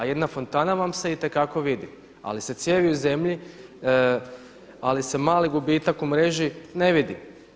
A jedna fonta vam se itekako vidi, ali se cijevi u zemlji ali se mali gubitak u mreži ne vidi.